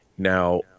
Now